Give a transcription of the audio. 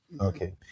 Okay